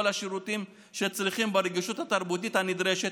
השירותים שצריך ברגישות התרבותית הנדרשת.